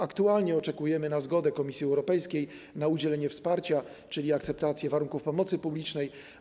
Aktualnie oczekujemy na zgodę Komisji Europejskiej na udzielenie wsparcia, czyli akceptację warunków pomocy publicznej.